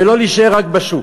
ולא להישאר רק בשוק.